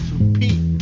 repeat